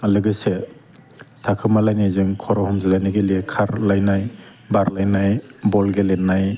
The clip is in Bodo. आरो लोगोसे थाखुमालायनायजों खर' हमज्लानाय गेलेयो खारलायनाय बारलायनाय बल गेलेनाय